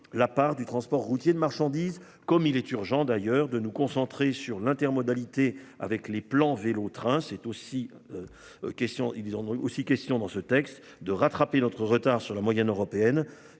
la part du transport routier de marchandises comme il est urgent d'ailleurs de nous concentrer sur l'intermodalité avec les plans vélo train c'est aussi. Question, ils en ont aussi question dans ce texte de rattraper notre retard sur la moyenne européenne